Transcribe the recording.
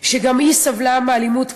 שגם היא סבלה מאלימות כלכלית,